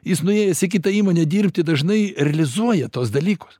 jis nuėjęs į kitą įmonę dirbti dažnai realizuoja tuos dalykus